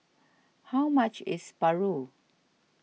how much is Paru